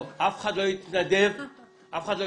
אף אחד לא יתנדב לקצץ